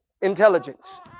intelligence